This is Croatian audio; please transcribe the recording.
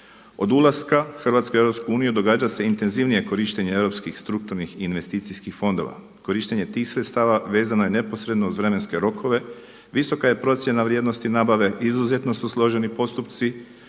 Od ulaska Hrvatske u EU događa se intenzivnije korištenje europskih strukturnih i investicijskih fondova, korištenje tih sredstava vezano je neposredno uz vremenske rokove, visoka je procjena vrijednosti nabave, izuzetno su složeni postupci,